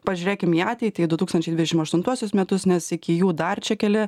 pažiūrėkim į ateitį į du tūkstančiai dvidešim aštuntuosius metus nes iki jų dar čia keli